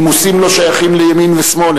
נימוסים לא שייכים לימין ושמאל,